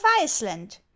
iceland